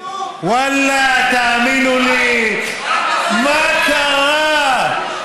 ואללה, תאמינו לי, מה קרה?